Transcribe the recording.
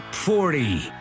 Forty